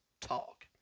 talk